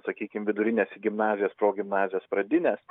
sakykim vidurines į gimnazijas progimnazijas pradines